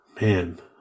man